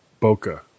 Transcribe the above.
bokeh